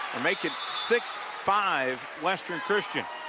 or make it six five, western christian.